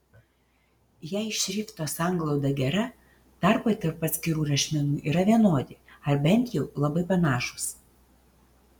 jei šrifto sanglauda gera tarpai tarp atskirų rašmenų yra vienodi ar bent jau labai panašūs